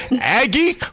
Aggie